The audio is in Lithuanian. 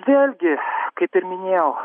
vėlgi kaip ir minėjau